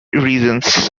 reasons